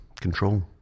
control